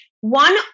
one